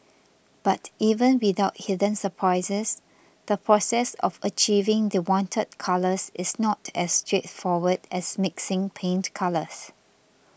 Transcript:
but even without hidden surprises the process of achieving the wanted colours is not as straightforward as mixing paint colours